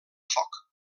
foc